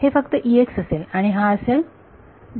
हे फक्त असेल आणि हा असेल